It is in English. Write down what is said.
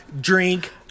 drink